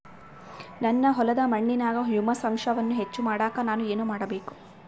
ನನ್ನ ಹೊಲದ ಮಣ್ಣಿನಾಗ ಹ್ಯೂಮಸ್ ಅಂಶವನ್ನ ಹೆಚ್ಚು ಮಾಡಾಕ ನಾನು ಏನು ಮಾಡಬೇಕು?